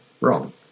wrong